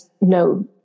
no